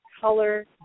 color